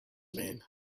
mean